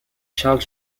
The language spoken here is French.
charles